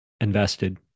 invested